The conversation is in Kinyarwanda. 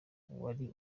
wari